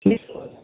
ठीक छै